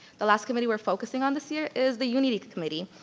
the last committee we're focusing on this year is the unity committee.